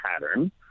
pattern